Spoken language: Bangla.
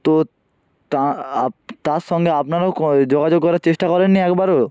তো তা আপনি তার সঙ্গে আপনারাও ক যোগাযোগ করার চেষ্টা করেন নি একবারও